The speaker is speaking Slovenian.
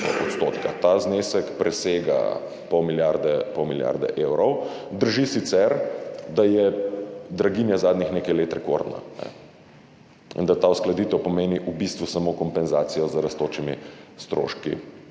Ta znesek presega pol milijarde evrov. Sicer drži, da je draginja zadnjih nekaj let rekordna in da ta uskladitev pomeni v bistvu samo kompenzacijo z rastočimi stroški,